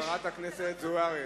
חברת הכנסת זוארץ.